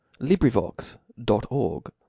LibriVox.org